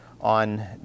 on